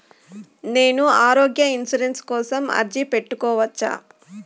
నేను ఆరోగ్య ఇన్సూరెన్సు కోసం అర్జీ పెట్టుకోవచ్చా?